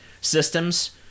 systems